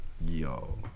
Yo